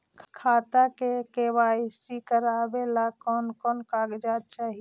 खाता के के.वाई.सी करावेला कौन कौन कागजात चाही?